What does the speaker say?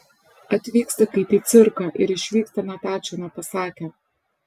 atvyksta kaip į cirką ir išvyksta net ačiū nepasakę